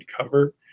cover